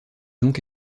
donc